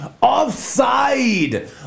offside